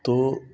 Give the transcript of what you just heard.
तो